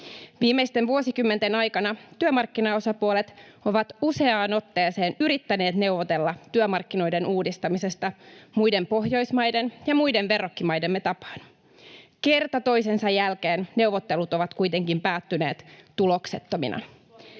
Viimeisten vuosikymmenten aikana työmarkkinaosapuolet ovat useaan otteeseen yrittäneet neuvotella työmarkkinoiden uudistamisesta muiden Pohjoismaiden ja muiden verrokkimaidemme tapaan. Kerta toisensa jälkeen neuvottelut ovat kuitenkin päättyneet tuloksettomina.